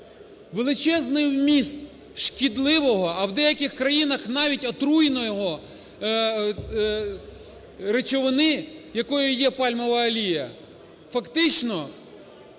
Величезний вміст шкідливого, а в деяких країнах навіть отруйної речовини, якою є пальмова олія, фактично